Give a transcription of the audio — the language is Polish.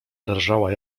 drżała